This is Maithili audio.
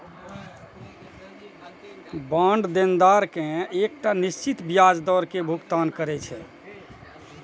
बांड देनदार कें एकटा निश्चित ब्याज दर के भुगतान करै छै